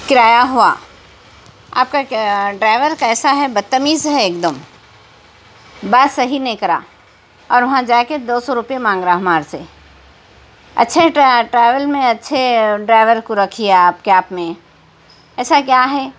کرایہ ہوا آپ کا ڈرائیور کیسا ہے بدتمیز ہے ایک دم بات صحیح نہیں کرا اور وہاں جا کے دو سو روپیے مانگ رہا ہمارے سے اچُّھے ٹریول میں اچھے ڈرائیور کو رکھیے آپ کیب میں ایسا کیا ہے